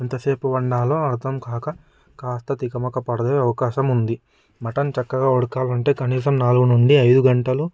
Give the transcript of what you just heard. ఇంతసేపు వండాలో అర్థం కాక కాస్త తికమక పడే అవకాశం ఉంది మటన్ చక్కగా ఉడకాలంటే కనీసం నాలుగు నుండి ఐదు గంటలు